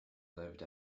lived